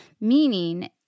meaning